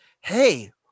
Hey